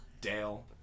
Dale